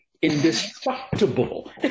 indestructible